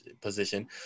position